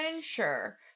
sure